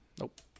Nope